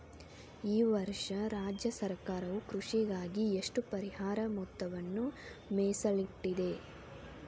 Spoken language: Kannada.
ಈ ವರ್ಷ ರಾಜ್ಯ ಸರ್ಕಾರವು ಕೃಷಿಗಾಗಿ ಎಷ್ಟು ಪರಿಹಾರ ಮೊತ್ತವನ್ನು ಮೇಸಲಿಟ್ಟಿದೆ?